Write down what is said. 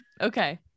okay